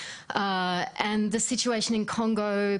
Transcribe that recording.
והמצב בקונגו,